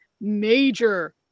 major